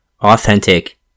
authentic